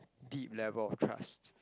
deep level of trust